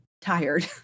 tired